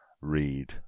read